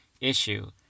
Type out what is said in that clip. issue